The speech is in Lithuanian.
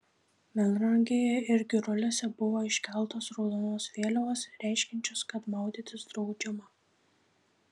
melnragėje ir giruliuose buvo iškeltos raudonos vėliavos reiškiančios kad maudytis draudžiama